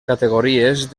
categories